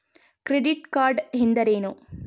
Credit card ಎಂದರೇನು?